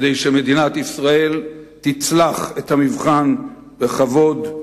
כדי שמדינת ישראל תצלח את המבחן בכבוד,